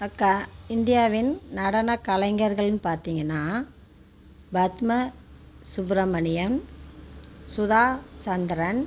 அக்கா இந்தியாவின் நடன கலைஞர்கள்னு பார்த்தீங்கனா பத்ம சுப்ரமணியம் சுதா சந்திரன்